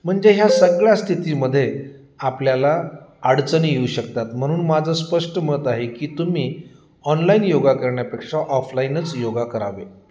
म्हंजे ह्या सगळ्या स्थितीमध्ये आपल्याला अडचणी येऊ शकतात म्हणून माझं स्पष्ट मत आहे की तुम्ही ऑनलाईन योगा करण्यापेक्षा ऑफलाईनच योगा करावे